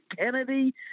kennedy